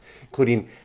including